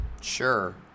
Sure